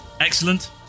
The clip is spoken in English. Excellent